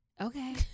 Okay